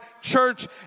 church